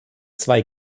zwei